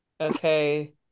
okay